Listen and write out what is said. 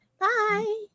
Bye